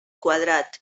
quadrat